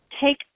take